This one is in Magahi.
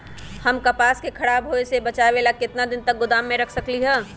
हम कपास के खराब होए से बचाबे ला कितना दिन तक गोदाम में रख सकली ह?